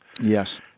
Yes